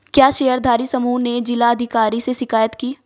क्या शेयरधारी समूह ने जिला अधिकारी से शिकायत की?